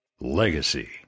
Legacy